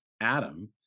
Adam